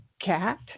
cat